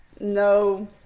no